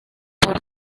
por